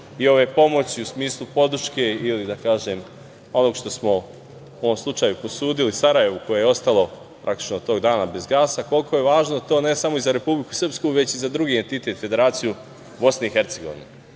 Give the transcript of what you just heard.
i ove pomoći u smislu podrške ili, da kažem, onog što smo u ovom slučaju pozajmili Sarajevu koje je ostalo praktično tog dana bez gasa, koliko je važno to ne samo za Republiku Srpsku već i za drugi entitet, Federaciju BiH.Ovoj